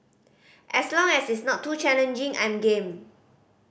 as long as it's not too challenging I'm game